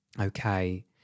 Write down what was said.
okay